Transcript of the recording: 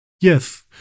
Yes